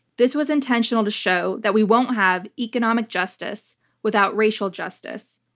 this was intentional to show that we won't have economic justice without racial justice.